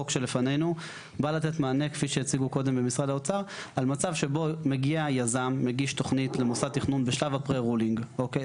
שבסוף הרציונל בא ואומר שיש מקומות שוועדה מחוזית לא רוצה